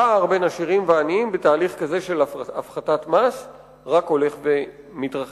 הפער בין עשירים לעניים בתהליך כזה של הפחתת מס רק הולך ומתרחב.